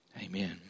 Amen